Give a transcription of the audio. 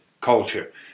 culture